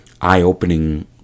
eye-opening